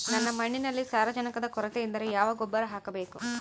ನನ್ನ ಮಣ್ಣಿನಲ್ಲಿ ಸಾರಜನಕದ ಕೊರತೆ ಇದ್ದರೆ ಯಾವ ಗೊಬ್ಬರ ಹಾಕಬೇಕು?